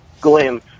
Glim